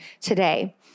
today